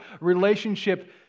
relationship